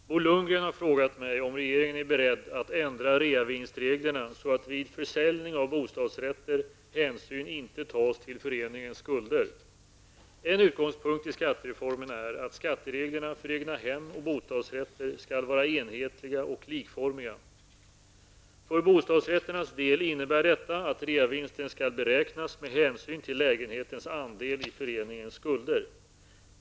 Herr talman! Bo Lundgren har frågat mig om regeringen är beredd att ändra reavinstreglerna så att vid försäljning av bostadsrätter hänsyn inte tas till föreningens skulder. En utgångspunkt i skattereformen är att skattereglerna för egnahem och bostadsrätter skall vara enhetliga och likformiga. För bostadsrätternas del innebär detta att reavinsten skall beräknas med hänsyn till lägenhetens andel i föreningens skulder.